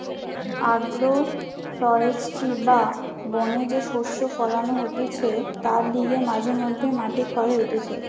agro forestry বা বনে যে শস্য ফোলানো হতিছে তার লিগে মাঝে মধ্যে মাটি ক্ষয় হতিছে